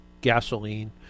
gasoline